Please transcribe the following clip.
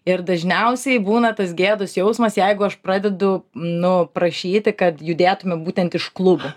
ir dažniausiai būna tas gėdos jausmas jeigu aš pradedu nu prašyti kad judėtume būtent iš klubų